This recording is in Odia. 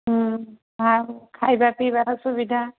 ହଁ ଆଉ ଖାଇବା ପିଇବାର ସୁବିଧା